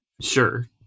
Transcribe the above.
Sure